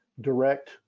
direct